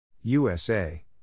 USA